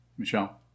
Michelle